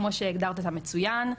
כמו שהגדרת אותה מצוין,